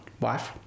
wife-